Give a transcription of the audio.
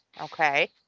Okay